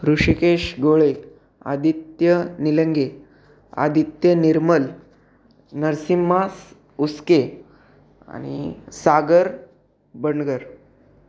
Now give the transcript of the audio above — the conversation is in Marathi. ऋषिकेश गोळे आदित्य निलंगे आदित्य निर्मल नर्सिंमा उसके आणि सागर बंडगर